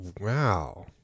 Wow